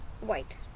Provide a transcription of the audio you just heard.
White